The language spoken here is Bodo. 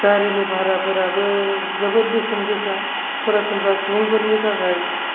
गारिनि भाराफोराबो जोबोद बेसेन गोसा सरासनस्रा सुबुंफोरनि थाखाय